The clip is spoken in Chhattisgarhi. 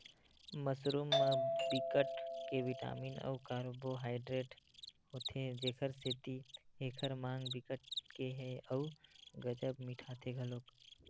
मसरूम म बिकट के बिटामिन अउ कारबोहाइडरेट होथे जेखर सेती एखर माग बिकट के ह अउ गजब मिटाथे घलोक